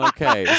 Okay